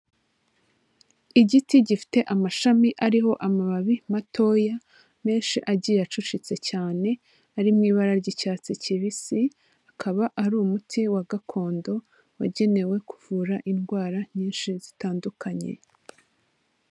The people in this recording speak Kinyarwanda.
Igiti gifite amashami ariho amababi matoya menshi agiye acucitse cyane, ari mu ibara ry'icyatsi kibisi, akaba ari umuti wa gakondo wagenewe kuvura indwara nyinshi zitandukanye.